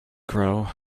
grow